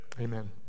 amen